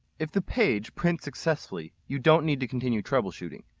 if the page prints successfully, you don't need to continue troubleshooting.